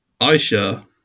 Aisha